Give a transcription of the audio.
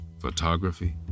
photography